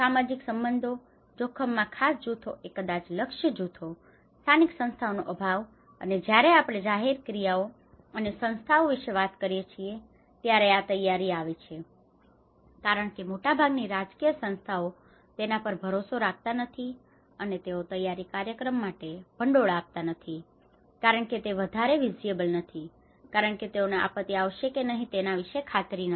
સામાજિક સંબંધો જોખમમાં ખાસ જૂથો એ કદાચ લક્ષ્ય જૂથો સ્થાનિક સંસ્થાઓનો અભાવ અને જ્યારે આપણે જાહેર ક્રિયાઓ અને સંસ્થાઓ વિશે વાત કરીએ છીએ ત્યારે આ તૈયારી આવે છે કારણ કે મોટાભાગની રાજકીય સંસ્થાઓ તેના પર ભરોસો રાખતા નથી અને તેઓ તૈયારી કાર્યક્રમ માટે ભંડોળ આપતા નથી કારણ કે તે વધારે વિઝીબલvisibleદ્રશ્યમાન નથી કારણ કે તેઓને આપત્તિ આવશે કે નહી તેના વિષે ખાતરી નથી